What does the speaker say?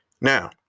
Now